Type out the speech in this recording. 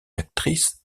actrice